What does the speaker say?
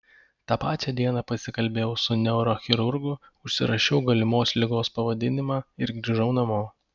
tą pačią dieną pasikalbėjau su neurochirurgu užsirašiau galimos ligos pavadinimą ir grįžau namo